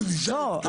שניתנו.